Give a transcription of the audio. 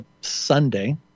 Sunday